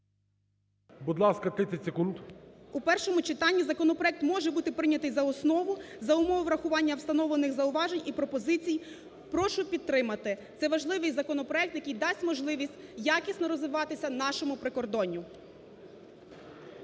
Будь ласка, 30 секунд. ЮРИНЕЦЬ О.В. У першому читанні законопроект може бути прийнятий за основу за умови врахування встановлених зауважень і пропозицій, прошу підтримати. Це важливий законопроект, який дасть можливість якісно розвиватися нашому прикордонню.